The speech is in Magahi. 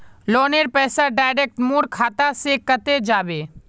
लोनेर पैसा डायरक मोर खाता से कते जाबे?